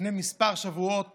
לפני כמה שבועות